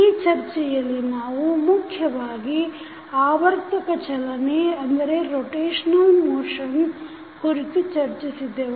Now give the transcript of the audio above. ಈ ಚರ್ಚೆಯಲ್ಲಿ ನಾವು ಮುಖ್ಯವಾಗಿ ಆವರ್ತಕ ಚಲನೆ ಕುರಿತು ಚರ್ಚಿಸಿದೆವು